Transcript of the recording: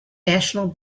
national